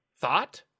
thought